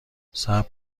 صبر